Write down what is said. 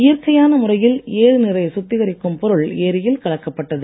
இயற்கையான முறையில் ஏரி நீரை சுத்திகரிக்கும் பொருள் ஏரியில் கலக்கப்பட்டது